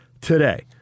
today